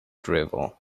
drivel